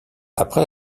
après